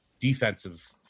defensive